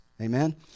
Amen